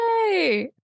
Yay